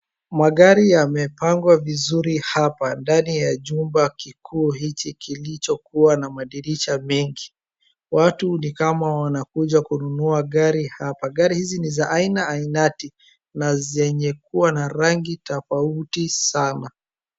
Magari yamepangwa vizuri hapa ndani ya chumba kikuu hichi kilicho kuwa na madirisha mengi. Watu ni kama wanakuja kununua gari hapa. Gari hizi ni za aina ainati na zenye kuwa na rangi tofauti sana.